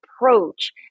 approach